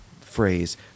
phrase